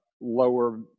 lower